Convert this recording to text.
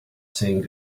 saying